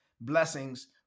blessings